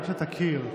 רק שתכיר,